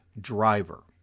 driver